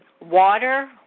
water